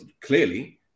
clearly